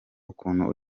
ukuntu